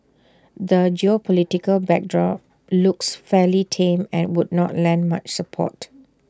the geopolitical backdrop looks fairly tame and would not lend much support